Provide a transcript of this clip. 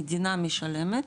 המדינה משלמת